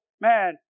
man